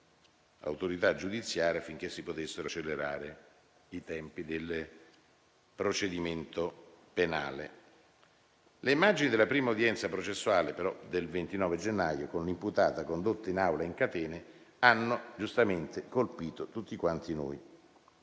Le immagini della prima udienza processuale, quella del 29 gennaio, con l'imputata condotta in aula in catene hanno giustamente colpito tutti noi.